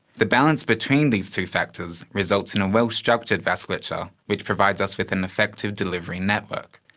the balance between these two factors results in a well-structured vasculature which provides us with an effective delivery network.